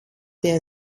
der